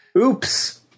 Oops